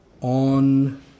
on